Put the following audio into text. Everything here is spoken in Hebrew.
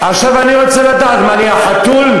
עכשיו אני רוצה לדעת: מה, אני החתול?